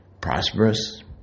prosperous